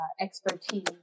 expertise